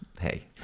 hey